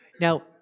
Now